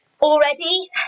already